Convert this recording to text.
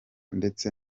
ndetse